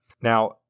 Now